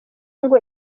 ngo